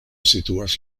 situas